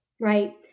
right